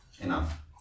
Enough